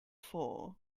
for